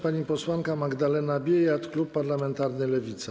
Pani posłanka Magdalena Biejat, klub parlamentarny Lewica.